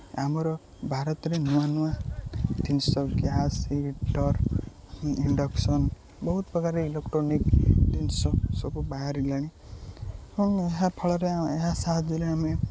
ଆମର ଭାରତରେ ନୂଆ ନୂଆ ଜିନିଷ ଗ୍ୟାସ୍ ହିଟର୍ ଇଣ୍ଡକ୍ସନ୍ ବହୁତ ପ୍ରକାର ଇଲେକ୍ଟ୍ରୋନିକ୍ ଜିନିଷ ସବୁ ବାହାରିଲାଣି ଏବଂ ଏହା ଫଳରେ ଏହା ସାହାଯ୍ୟରେ ଆମେ